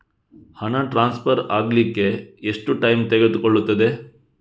ಹಣ ಟ್ರಾನ್ಸ್ಫರ್ ಅಗ್ಲಿಕ್ಕೆ ಎಷ್ಟು ಟೈಮ್ ತೆಗೆದುಕೊಳ್ಳುತ್ತದೆ?